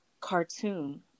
cartoon